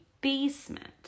basement